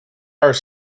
are